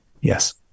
Yes